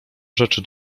rzeczy